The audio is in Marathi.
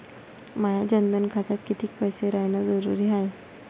माया जनधन खात्यात कितीक पैसे रायन जरुरी हाय?